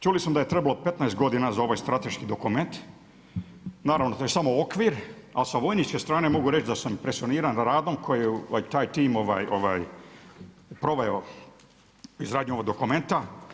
Čuli smo da je trebalo 15 godina za ovaj strateški dokument, naravno to je samo okvir, a sa vojničke strane mogu reći da sam impresioniran radom koji je taj tim proveo u izgradnji ovog dokumenta.